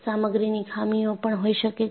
સામગ્રીની ખામીઓ પણ હોઈ શકે છે